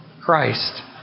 Christ